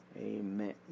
Amen